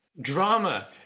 drama